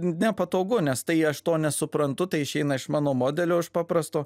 nepatogu nes tai aš to nesuprantu tai išeina iš mano modelio iš paprasto